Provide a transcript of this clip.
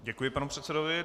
Děkuji panu předsedovi.